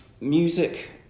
music